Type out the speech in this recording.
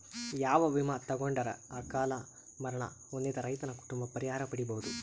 ಯಾವ ವಿಮಾ ತೊಗೊಂಡರ ಅಕಾಲ ಮರಣ ಹೊಂದಿದ ರೈತನ ಕುಟುಂಬ ಪರಿಹಾರ ಪಡಿಬಹುದು?